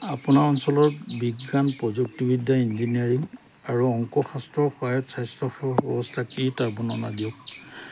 আপোনাৰ অঞ্চলত বিজ্ঞান প্ৰযুক্তিবিদ্যা ইঞ্জিনিয়াৰিং আৰু অংক শাস্ত্ৰৰ সহায়ত স্বাস্থ্যসেৱা ব্যৱস্থা কি তাৰ বৰ্ণনা দিয়ক